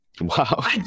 Wow